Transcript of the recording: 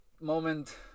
moment